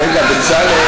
רגע, בצלאל,